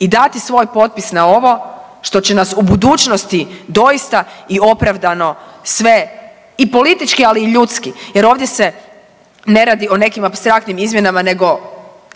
i dati svoj potpis na ovo što će nas u budućnosti doista i opravdano sve i politički, ali i ljudski jer ovdje se ne radi o nekim apstraktnim izmjenama nego